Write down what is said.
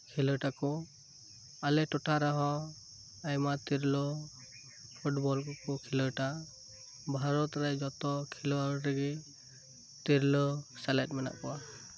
ᱠᱷᱮᱞᱳᱰ ᱟᱠᱚ ᱟᱞᱮ ᱴᱚᱴᱷᱟ ᱨᱮᱦᱚ ᱟᱭᱢᱟ ᱛᱤᱨᱞᱟᱹ ᱯᱷᱩᱴᱵᱚᱞ ᱠᱚᱠᱚ ᱠᱷᱮᱞᱳᱰᱟ ᱵᱷᱟᱨᱚᱛ ᱨᱮ ᱡᱚᱛ ᱠᱷᱮᱞᱳᱰ ᱨᱮᱜᱮ ᱛᱤᱨᱞᱟᱹ ᱥᱮᱞᱮᱫ ᱢᱮᱱᱟᱜ ᱠᱚᱣᱟ